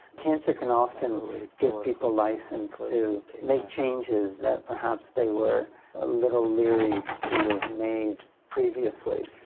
cancer can often give people licence to make changes that perhaps they were a little leery to have made previously.